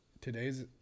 Today's